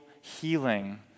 healing